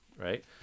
right